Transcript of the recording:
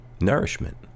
nourishment